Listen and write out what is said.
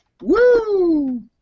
woo